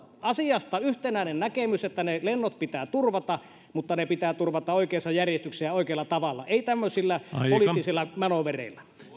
asiasta se yhtenäinen näkemys että ne lennot pitää turvata mutta ne pitää turvata oikeassa järjestyksessä ja oikealla tavalla ei tämmöisillä poliittisilla manöövereillä